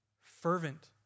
fervent